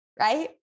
right